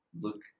look